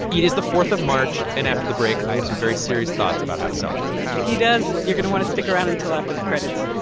it is the fourth of march. and after the break, i have some very serious thoughts about how to celebrate he does. you're going to want to stick around until after the credits